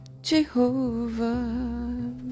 Jehovah